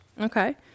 Okay